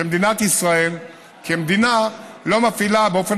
שמדינת ישראל כמדינה לא מפעילה באופן